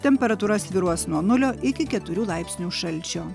temperatūra svyruos nuo nulio iki keturių laipsnių šalčio